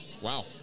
wow